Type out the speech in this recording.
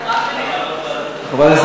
ועדת